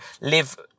live